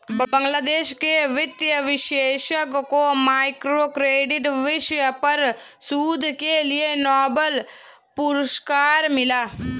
बांग्लादेश के वित्त विशेषज्ञ को माइक्रो क्रेडिट विषय पर शोध के लिए नोबेल पुरस्कार मिला